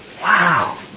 Wow